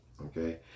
Okay